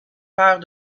père